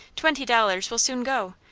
twenty dollars will soon go,